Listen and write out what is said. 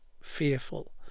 fearful